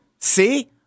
See